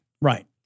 right